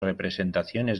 representaciones